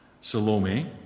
Salome